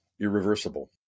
irreversible